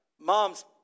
Moms